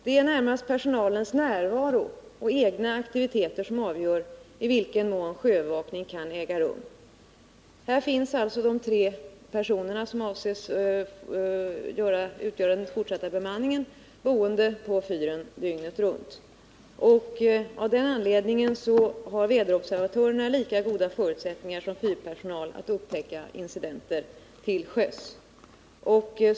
Det är närmast personalens närvaro och egna aktiviteter som avgör i vilken mån sjöövervakning kan äga rum. De tre personer som avses utgöra den fortsatta bemanningen är boende på fyren dygnet runt. Av den anledningen har väderobservatörerna lika goda förutsättningar som fyrpersonalen att upptäcka incidenter till sjöss.